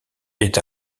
est